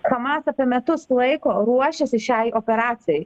hamas apie metus laiko ruošėsi šiai operacijai